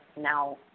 now